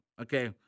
Okay